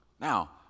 Now